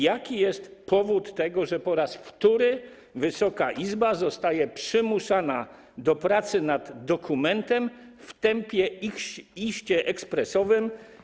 Jaki jest powód tego, że po raz wtóry Wysoka Izba zostaje przymuszona do pracy nad dokumentem w tempie iście ekspresowym?